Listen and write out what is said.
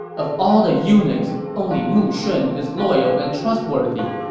of all the eunuchs, only mu shun is loyal and trustworthy.